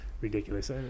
ridiculous